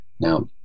Now